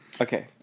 Okay